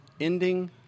Ending